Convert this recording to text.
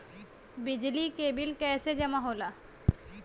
बिजली के बिल कैसे जमा होला?